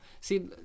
See